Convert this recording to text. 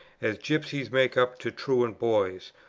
as gipsies make up to truant boys,